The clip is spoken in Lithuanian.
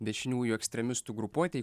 dešiniųjų ekstremistų grupuotei